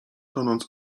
tonąc